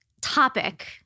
Topic